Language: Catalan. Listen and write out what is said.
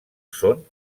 són